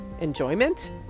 enjoyment